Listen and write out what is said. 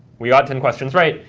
we got ten questions right,